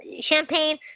champagne